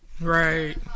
Right